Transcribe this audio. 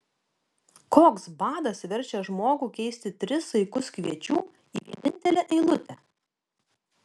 koks badas verčia žmogų keisti tris saikus kviečių į vienintelę eilutę